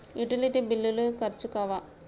Utility బిల్లులు ఖర్చు కావా?